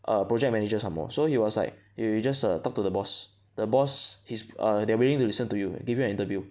err project manager some more so he was like you you just err talk to the boss the boss he's err they're willing to listen to you give you an interview